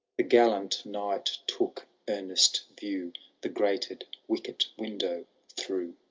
the gallant knight took earnest view the grated wicket-window through.